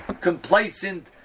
complacent